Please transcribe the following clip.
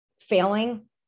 failing